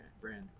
Brand